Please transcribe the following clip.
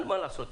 מה לעשות,